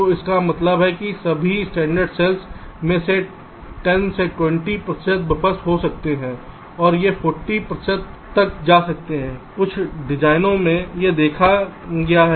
तो इसका मतलब है सभी स्टैंडर्ड सेल्स में से 10 से 20 प्रतिशत बफर हो सकते हैं और यह 40 प्रतिशत तक जा सकते हैं कुछ डिजाइनों में यह देखा गया है